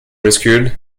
rescued